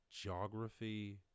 geography